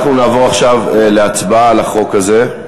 אנחנו נעבור עכשיו להצבעה על החוק הזה.